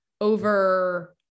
over